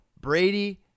Brady